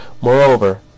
Moreover